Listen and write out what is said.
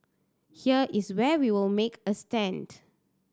here is where we will make a stand